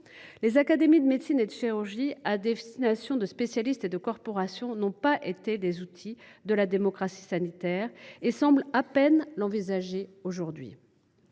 nationales de médecine et de chirurgie, à destination de spécialistes et de corporations, n’ont pas été des outils de la démocratie sanitaire et semblent à peine l’envisager aujourd’hui.